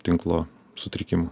tinklo sutrikimų